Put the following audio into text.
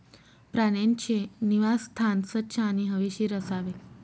प्राण्यांचे निवासस्थान स्वच्छ आणि हवेशीर असावे